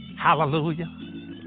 Hallelujah